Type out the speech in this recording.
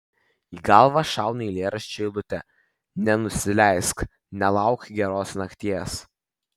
į galvą šauna eilėraščio eilutė nenusileisk nelauk geros nakties